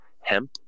hemp